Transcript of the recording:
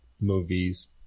movies